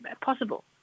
possible